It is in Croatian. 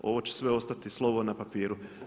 Ovo će sve ostati slovo na papiru.